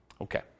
Okay